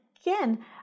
again